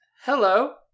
hello